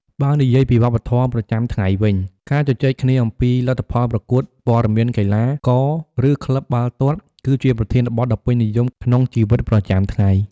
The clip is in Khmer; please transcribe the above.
បើនិយាយពីវប្បធម៌ប្រចាំថ្ងៃវិញ ការជជែកគ្នាអំពីលទ្ធផលប្រកួត ព័ត៌មានកីឡាករ ឬក្លឹបបាល់ទាត់ គឺជាប្រធានបទដ៏ពេញនិយមក្នុងជីវិតប្រចាំថ្ងៃ។